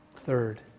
Third